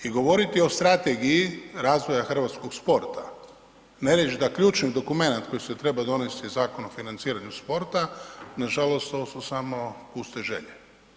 I govoriti o strategiji razvoja hrvatskog sporta, ne reći da ključni dokumenat koji se treba donesti je Zakon o financiranju sporta nažalost ovo su samo puste želje.